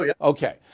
Okay